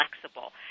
flexible